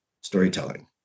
storytelling